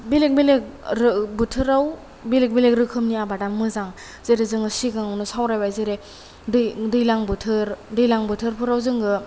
बेलेख बेलेख बोथोराव बेलेख बेलेख रोखोमनि आबादा मोजां जेरै जोङो सिगांआवनो सावरायबाय जेरै दैलां बोथोर दैलां बोथोरफोराव जोङो